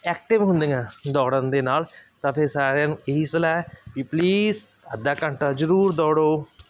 active ਹੁੰਦੀਆਂ ਦੌੜਨ ਦੇ ਨਾਲ ਤਾਂ ਫਿਰ ਸਾਰਿਆਂ ਨੂੰ ਇਹੀ ਸਲਾਹ ਕਿ ਪਲੀਜ਼ ਅੱਧਾ ਘੰਟਾ ਜ਼ਰੂਰ ਦੌੜੋ